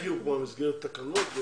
היא הוקמה במסגרת תקנות?